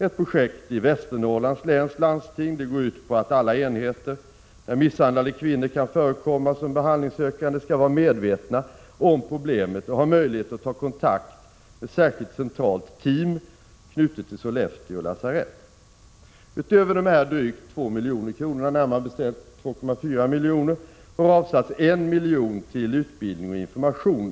Ett projekt i Västernorrlands läns landsting går ut på att alla enheter där | misshandlade kvinnor kan förekomma som behandlingssökande skall vara medvetna om problemet och ha möjlighet att ta kontakt med ett särskilt centralt lag, knutet till Sollefteå lasarett. | Utöver de här drygt 2 miljoner kronorna — närmare bestämt 2,4 milj.kr. — har 1 miljon avsatts till utbildning och information.